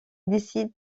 décide